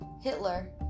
Hitler